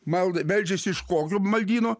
malda meldžiasi iš kokio maldyno